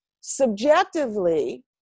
Subjectively